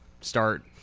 start